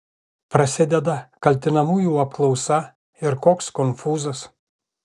prasideda kaltinamųjų apklausa ir koks konfūzas